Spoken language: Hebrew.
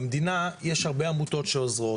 במדינה יש הרבה עמותות שעוזרות,